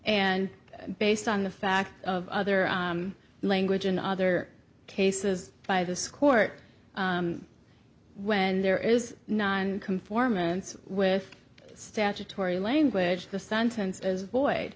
and based on the fact of other language in other cases by this court when there is none conformance with the statutory language the sentence as void